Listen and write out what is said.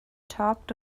talked